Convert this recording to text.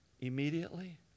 immediately